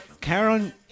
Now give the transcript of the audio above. Karen